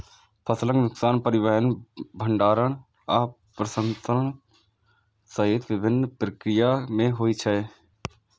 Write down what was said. फसलक नुकसान परिवहन, भंंडारण आ प्रसंस्करण सहित विभिन्न प्रक्रिया मे होइ छै